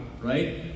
right